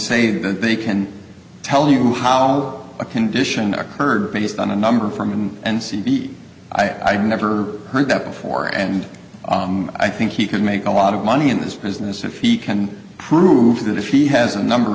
say that they can tell you how a condition occurred based on a number from him and c b i've never heard that before and i think he could make a lot of money in this business if he can prove that if he has a number